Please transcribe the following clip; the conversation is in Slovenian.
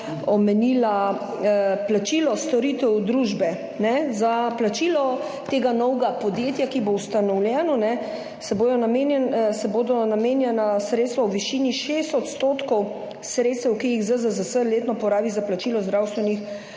omenila plačilo storitev družbe. Za plačilo tega novega podjetja, ki bo ustanovljeno, ne se bodo namenjena, se bodo namenjena sredstva v višini šest odstotkov sredstev, ki jih ZZZS letno porabi za plačilo zdravstvenih storitev,